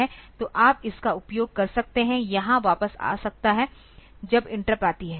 तो आप इसका उपयोग कर सकते हैं यहाँ वापस आ सकता है जब इंटरप्ट आती है